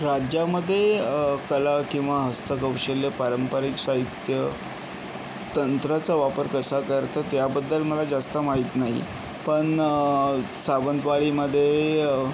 राज्यामध्ये कला किंवा हस्तकौशल्य पारंपरिक साहित्य तंत्राचा वापर कसा करतात याबद्दल मला जास्त माहीत नाही पण सावंतवाडीमध्ये